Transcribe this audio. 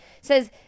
says